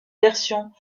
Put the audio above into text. version